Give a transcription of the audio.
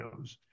videos